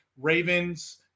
Ravens